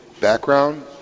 background